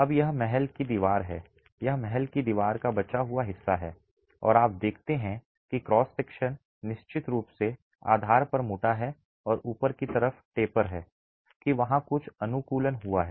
अब यह महल की दीवार है यह महल की दीवार का बचा हुआ हिस्सा है और आप देखते हैं कि क्रॉस सेक्शन निश्चित रूप से आधार पर मोटा है और ऊपर की तरफ टेपर है कि वहां कुछ अनुकूलन हुआ है